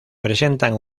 presentan